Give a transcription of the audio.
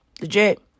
Legit